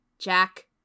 Jack